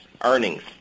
earnings